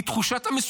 היא תחושת המסוגלות.